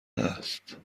است